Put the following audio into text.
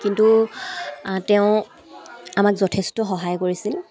কিন্তু তেওঁ আমাক যথেষ্ট সহায় কৰিছিল